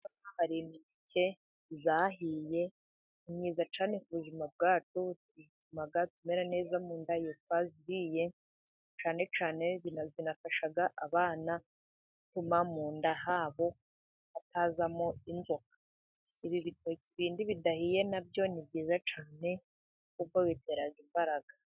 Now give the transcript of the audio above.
Hari imineke yahiye. Ni myiza cyane ku buzima bwacu, ituma tumera neza mu nda yacu iyo twayiriye. Cyane cyane binafasha abana gutuma mu nda habo hatazamo inzoka. Ibi bitoki bindi bidahiye na byo ni byiza cyane kuko bitera imbaraga.